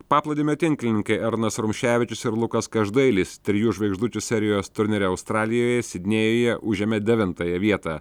paplūdimio tinklininkai arnas rumševičius ir lukas každailis trijų žvaigždučių serijos turnyre australijoje sidnėjuje užėmė devintąją vietą